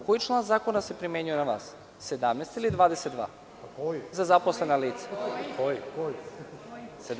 Koji član zakona se primenjuje na vas, 17. ili 22, za zaposlena lica?